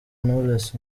knowless